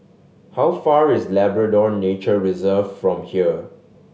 how far away is Labrador Nature Reserve from here